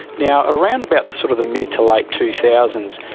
now around about the sort of the mid to late two thousand